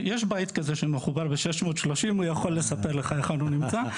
יש בית כזה שמחובר ב- 630 הוא יכול לספר לך היכן הוא נמצא,